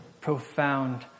profound